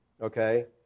Okay